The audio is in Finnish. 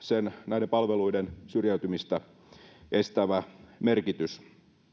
näiden palveluiden syrjäytymistä estävä merkitys